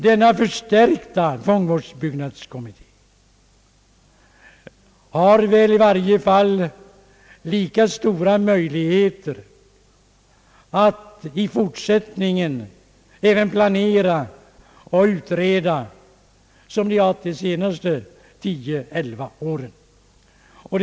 Denna förstärkta fångvårdens byggnadskommitté har väl i varje fall lika stora möjligheter att i fortsättningen planera och utreda som kommittén haft under de senaste tio, elva åren.